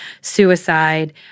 suicide